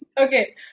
okay